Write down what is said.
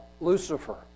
Lucifer